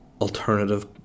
alternative